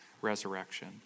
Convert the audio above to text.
resurrection